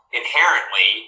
inherently